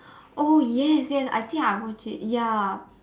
oh yes yes I think I watch it ya